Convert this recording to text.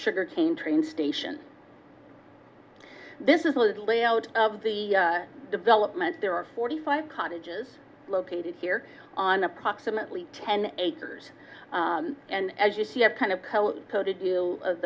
sugar cane train station this is the layout of the development there are forty five cottages located here on approximately ten acres and as you see i've kind of